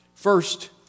First